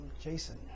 Jason